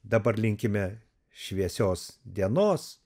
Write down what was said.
dabar linkime šviesios dienos